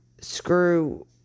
screw